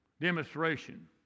demonstration